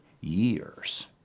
years